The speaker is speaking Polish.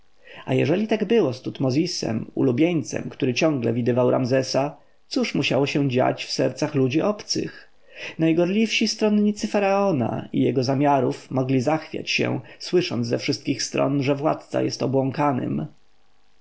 a jeżeli tak było z tutmozisem ulubieńcem który ciągle widywał ramzesa cóż musiało dziać się w sercach ludzi obcych najgorliwsi stronnicy faraona i jego zamiarów mogli zachwiać się słysząc ze wszystkich stron że władca jest obłąkanym